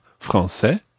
français